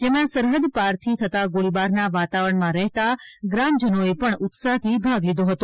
જેમાં સરહદ પારથી થતાં ગોળીબારના વાતાવરણમાં રહેતા ગ્રામજનોએ પણ ઉત્સાહથી ભાગ લીધો હતો